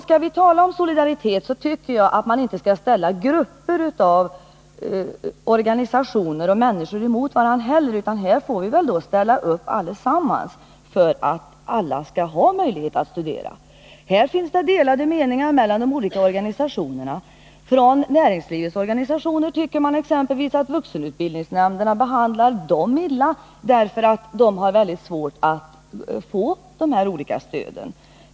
Skall vi tala om solidaritet tycker jag inte att man skall ställa grupper av organisationer och människor mot varandra, utan här får vi ställa upp tillsammans för att alla skall ha möjlighet att studera. De olika organisationerna har här delade meningar. Från näringslivets organisationer tycker man exempelvis att vuxenutbildningsnämnderna behandlar dem illa — därför att de har mycket svårt att få de här olika stöden.